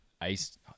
ice